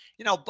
you know, but